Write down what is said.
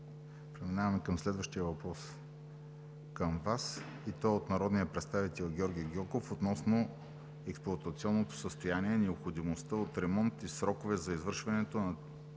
Преминаваме към следващия въпрос към Вас от народния представител Георги Гьоков относно експлоатационното състояние и необходимостта от ремонт и срокове за извършването им